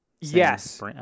Yes